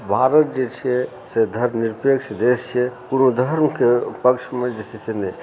भारत जे छियै से धर्म निरपेक्ष देश छियै कोनो धर्मके पक्षमे जे छै से नहि